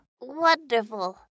Wonderful